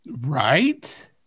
right